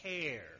care